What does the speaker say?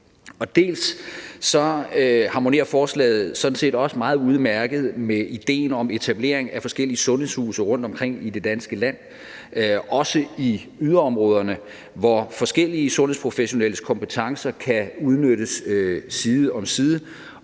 sådan set også meget udmærket med ideen om etablering af forskellige sundhedshuse rundtomkring i det danske land, også i yderområderne, hvor forskellige sundhedsprofessionelle kompetencer kan udnyttes side om side